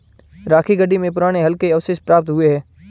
राखीगढ़ी में पुराने हल के अवशेष प्राप्त हुए हैं